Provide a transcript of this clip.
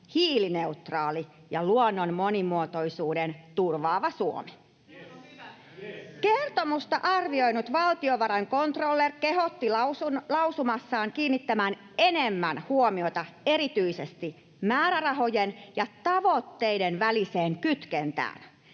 [Välihuutoja vasemmalta: Sehän on hyvä! — Jes!] Kertomusta arvioinut valtiovarain controller kehotti lausumassaan kiinnittämään enemmän huomiota erityisesti määrärahojen ja tavoitteiden väliseen kytkentään.